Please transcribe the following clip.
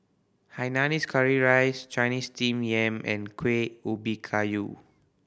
hainanese curry rice Chinese Steamed Yam and Kueh Ubi Kayu